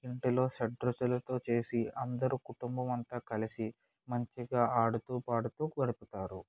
ఇంటిలో షడ్రుచులుతో చేసి అందరూ కుటుంబమంతా కలిసి మంచిగా ఆడుతూ పాడుతూ గడుపుతారు